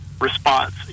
response